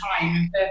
time